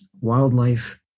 wildlife